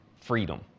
freedom